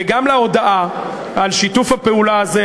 וגם את ההודעה על שיתוף הפעולה הזה,